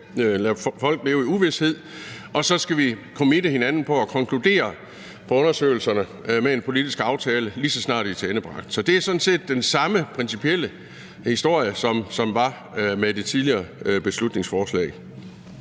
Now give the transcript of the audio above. lader folk leve i uvished, og at vi så skal committe hinanden på at konkludere på undersøgelserne med en politisk aftale, lige så snart de er tilendebragt. Så det er sådan set den samme principielle historie, som var med det tidligere beslutningsforslag,